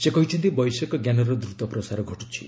ସେ କହିଛନ୍ତି ବୈଷୟିକଞ୍ଜାନର ଦ୍ରତ ପ୍ରସାର ଘଟୁଛି